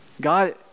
God